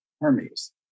Hermes